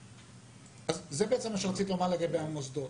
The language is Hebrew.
זה מה שרציתי לומר על המוסדות,